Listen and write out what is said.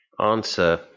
answer